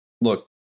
Look